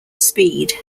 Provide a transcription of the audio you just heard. speed